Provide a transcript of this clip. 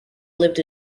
lived